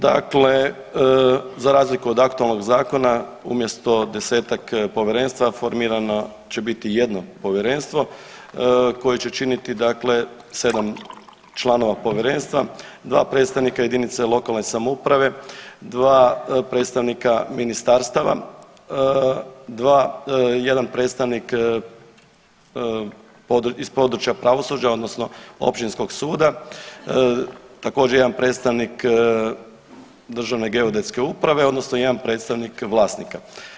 Dakle, za razliku od aktualnog zakona umjesto desetak povjerenstva formiramo će biti jedno povjerenstvo koje će činiti sedam članova povjerenstva, dva predstavnika jedinice lokalne samouprave dva predstavnika ministarstava, dva, jedan predstavnik iz područja pravosuđa odnosno općinskog suda, također jedan predstavnik Državne geodetske uprave odnosno jedan predstavnik vlasnika.